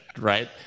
right